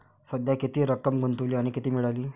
सध्या किती रक्कम गुंतवली आणि किती मिळाली